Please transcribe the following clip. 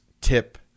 tip